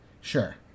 sure